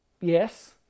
Yes